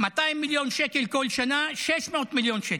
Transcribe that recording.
200 מיליון שקל כל שנה, 600 מיליון שקל.